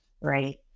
right